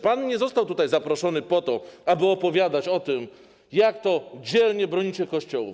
Pan nie został tutaj zaproszony po to, aby opowiadać o tym, jak to dzielnie bronicie kościołów.